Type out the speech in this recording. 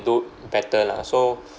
do better lah so